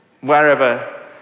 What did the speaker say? wherever